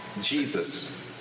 Jesus